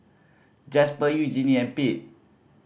Jasper Eugenie and Pete